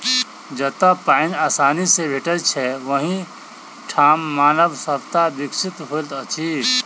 जतअ पाइन आसानी सॅ भेटैत छै, ओहि ठाम मानव सभ्यता विकसित होइत अछि